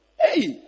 hey